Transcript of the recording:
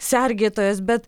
sergėtojos bet